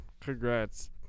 Congrats